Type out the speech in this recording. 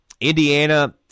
Indiana